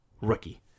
rookie